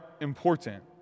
important